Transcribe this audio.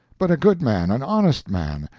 but a good man, an honest man,